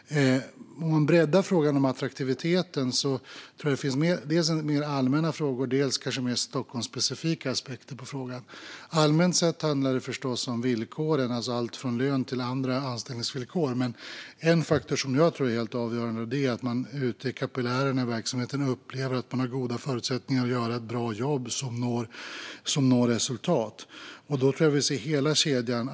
Om man breddar frågan om attraktiviteten tror jag att det finns dels allmänna frågor, dels Stockholmsspecifika aspekter. Allmänt sett handlar det förstås om villkoren - allt från lön till andra anställningsvillkor - men en faktor som jag tror är helt avgörande är att man ute i kapillärerna i verksamheten upplever att man har förutsättningar att göra ett bra jobb som når resultat. Det gäller då hela kedjan.